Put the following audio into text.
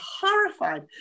horrified